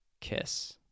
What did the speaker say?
kiss